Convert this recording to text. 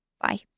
Bye